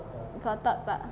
kalau tak tak